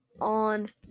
on